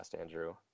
Andrew